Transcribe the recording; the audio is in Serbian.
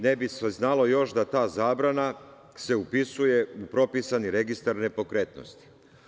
Ne bi se znalo još da ta zabrana se upisuje u propisani registar nepokretnosti.